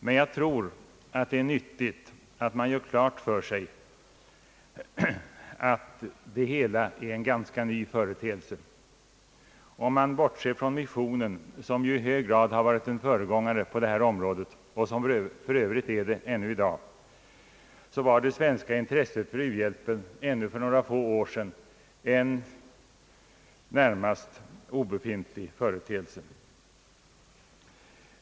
Men jag tror att det är nyttigt att man gör klart för sig att det hela är en ganska ny företeelse. Bortser man från missionen, som i hög grad har varit en föregångare på detta område och som för övrigt är det ännu i dag, så var det svenska intresset för u-hjälp ännu för några få år sedan närmast obefintligt.